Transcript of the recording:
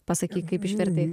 pasakyk kaip išvertei